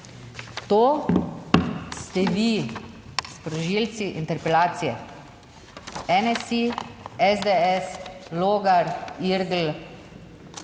To ste vi sprožilci interpelacije NSi, SDS, Logar, Irgl, ja,